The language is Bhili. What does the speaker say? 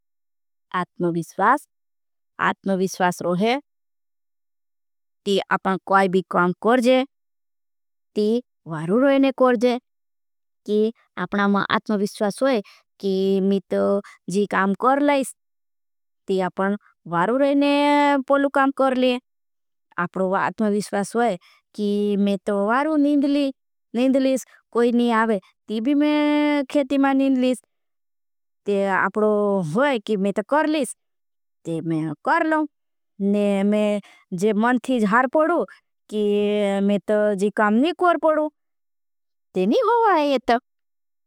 आत्मविश्वास आत्मविश्वास रोहे ती आपन कोई भी काम कर जे ती। वारू रोहेने कर जे की आपना में आत्मविश्वास होई की में तो जी। काम करलाईस ती आपन वारू रोहेने पलू काम करलें आत्मविश्वास। होई की में तो वारू निंदली निंदलीश कोई नहीं आवे ती भी में। खेती मां निंदलीश ती आपनो होई की में तो करलीश ती में। करलों ने में जे मन थी जहार पड़ू की में। तो जी काम नहीं कर पड़ू ते नहीं होवा है ये तो।